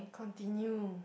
continue